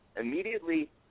immediately